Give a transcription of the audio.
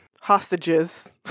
hostages